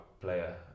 player